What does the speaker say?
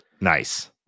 Nice